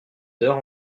d’heure